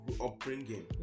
upbringing